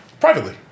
privately